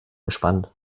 gespannt